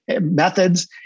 methods